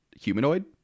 humanoid